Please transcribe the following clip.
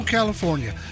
California